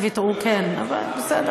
אבל בסדר,